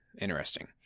interesting